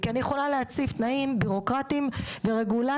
כי אני יכולה להציב תנאים בירוקרטים ורגולציה